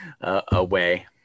away